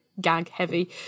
gag-heavy